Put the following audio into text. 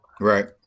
Right